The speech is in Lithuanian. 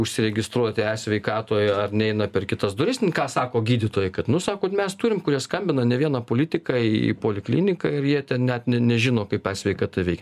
užsiregistruoti sveikatoj ar neina per kitas duris ką sako gydytojai kad nu sakot mes turim kurie skambina ne vieną politiką į polikliniką ir jie ten net ne nežino kaip e sveikata veik